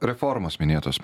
reformos minėtos